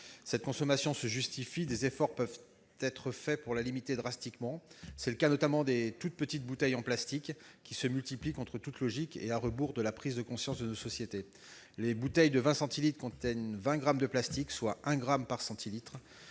cette consommation se justifie, des efforts peuvent être faits pour la limiter drastiquement. C'est le cas notamment des toutes petites bouteilles en plastique qui se multiplient, contre toute logique et à rebours de la prise de conscience de nos sociétés. Les bouteilles de 20 centilitres contiennent 20 grammes de plastique, soit un gramme